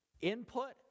input